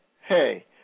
hey